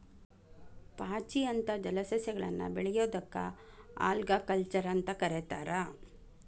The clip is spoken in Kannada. ಪಾಚಿ ಅಂತ ಜಲಸಸ್ಯಗಳನ್ನ ಬೆಳಿಯೋದಕ್ಕ ಆಲ್ಗಾಕಲ್ಚರ್ ಅಂತ ಕರೇತಾರ